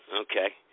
Okay